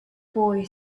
boy